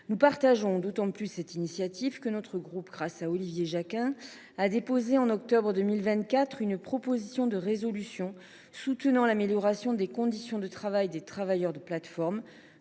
nous réjouissons d’autant plus de cette initiative que notre groupe, grâce à Olivier Jacquin, avait déposé en octobre 2024 une proposition de résolution soutenant l’amélioration des conditions de travail des travailleurs de plateformes,